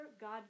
God